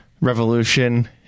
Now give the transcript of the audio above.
Revolution